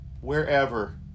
wherever